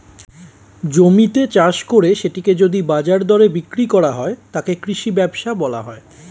জমিতে চাষ করে সেটিকে যদি বাজার দরে বিক্রি করা হয়, তাকে কৃষি ব্যবসা বলা হয়